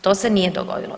To se nije dogodilo.